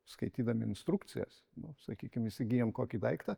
skaitydami instrukcijas nu sakykim įsigyjam kokį daiktą